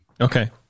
okay